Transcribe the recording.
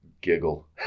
giggle